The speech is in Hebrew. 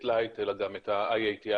את light אלא גם את IATI,